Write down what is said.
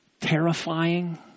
terrifying